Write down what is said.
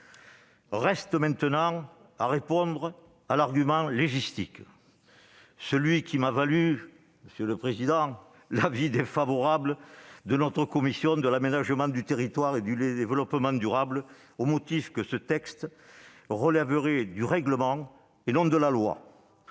Il me reste à répondre à l'argument de légistique qui m'a valu l'avis défavorable de notre commission de l'aménagement du territoire et du développement durable, au motif que ce texte relèverait du règlement et non de la loi.